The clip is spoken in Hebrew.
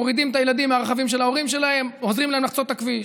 מורידים את הילדים מהרכבים של ההורים שלהם ועוזרים להם לחצות את הכביש.